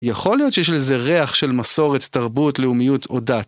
יכול להיות שיש לזה ריח של מסורת, תרבות, לאומיות, או דת.